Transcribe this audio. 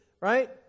right